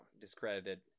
discredited